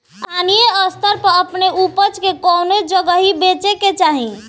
स्थानीय स्तर पर अपने ऊपज के कवने जगही बेचे के चाही?